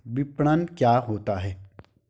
विपणन क्या होता है?